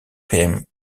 came